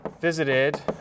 visited